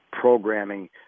programming